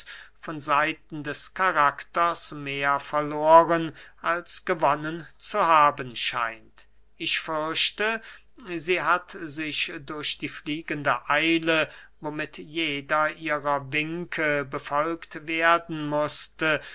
von seiten des karakters mehr verloren als gewonnen zu haben scheint ich fürchte sie hat sich durch die fliegende eile womit jeder ihrer winke befolgt werden mußte